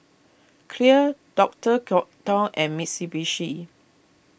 Clear Doctor Oetker and Mitsubishi